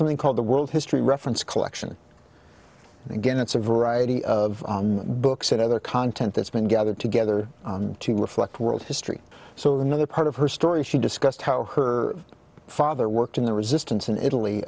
something called the world history reference collection and again it's a variety of books and other content that's been gathered together to reflect world history so another part of her story she discussed how her father worked in the resistance in italy